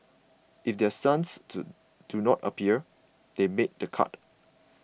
if their sons do do not appear they made the cut